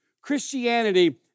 Christianity